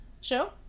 show